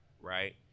right